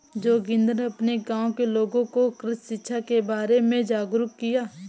जोगिंदर अपने गांव के लोगों को कृषि शिक्षा के बारे में जागरुक किया